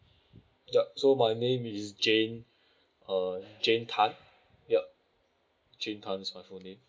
yup so my name is james uh james tan yup james tan my full name